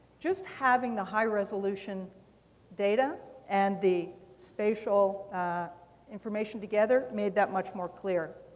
just having the high-resolution data and the spatial information together made that much more clear.